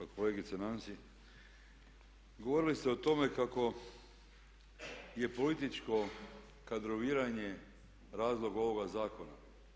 Pa kolegice Nansi govorili ste o tome kako je političko kadroviranje razlog ovoga zakona.